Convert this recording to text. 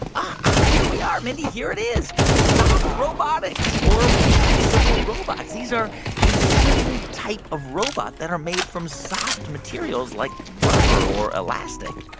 ah ah, here we are, mindy. here it is soft robotics or flexible robots. these are a certain type of robot that are made from soft materials, like rubber or elastic